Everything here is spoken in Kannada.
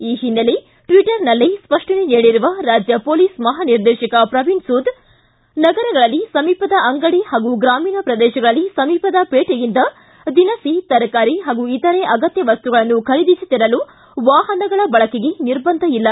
ಈ ಹಿನ್ನೆಲೆ ಟ್ಲಿಟರ್ನಲ್ಲಿ ಸ್ಪಷ್ನನೆ ನೀಡಿರುವ ರಾಜ್ಯ ಮೊಲೀಸ್ ಮಹಾನಿರ್ದೇಶಕ ಪ್ರವೀಣ್ ಸೂದ್ ನಗರಗಳಲ್ಲಿ ಸಮೀಪದ ಅಂಗಡಿ ಹಾಗೂ ಗ್ರಾಮೀಣ ಪ್ರದೇಶಗಳಲ್ಲಿ ಸಮೀಪದ ಪೇಟೆಯಿಂದ ದಿನಸಿ ತರಕಾರಿ ಪಾಗೂ ಇತರೆ ಅಗತ್ಯ ವಸ್ತುಗಳನ್ನು ಖರೀದಿಸಿ ತರಲು ವಾಹನಗಳ ಬಳಕೆಗೆ ನಿರ್ಬಂಧ ಇಲ್ಲ